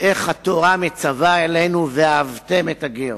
איך התורה מצווה עלינו "ואהבתם את הגר".